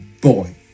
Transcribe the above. boy